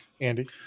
Andy